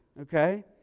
Okay